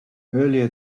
earlier